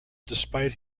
despite